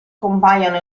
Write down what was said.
compaiono